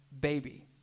baby